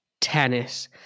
tennis